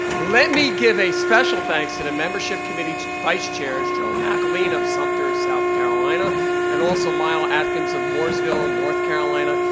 let me give a special thanks to the membership committee vice chairs, joe mcelveen of sumter, south carolina and also miles atkins of mooresville, north carolina,